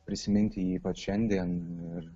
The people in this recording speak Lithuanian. prisiminti jį ypač šiandien ir